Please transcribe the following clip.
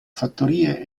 fattorie